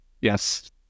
yes